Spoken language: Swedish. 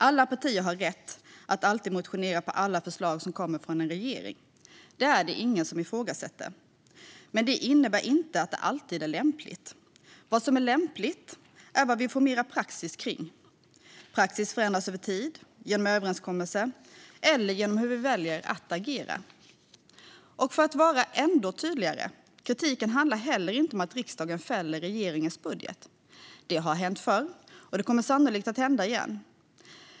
Alla partier har alltid rätt att motionera på alla förslag som kommer från en regering. Det är det ingen som ifrågasätter. Men det innebär inte att det alltid är lämpligt. Vad som är lämpligt är vad vi formerar praxis kring. Praxis förändras över tid, genom överenskommelser eller genom hur vi väljer att agera. Låt mig vara ännu tydligare. Kritiken handlar inte heller om att riksdagen fäller regeringens budget. Det har hänt förr, och det kommer sannolikt att hända igen.